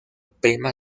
prima